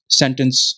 sentence